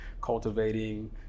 cultivating